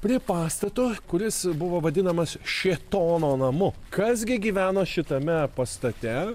prie pastato kuris buvo vadinamas šėtono namu kas gi gyveno šitame pastate